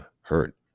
hurt